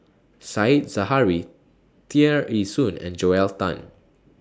Said Zahari Tear Ee Soon and Joel Tan